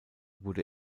wurde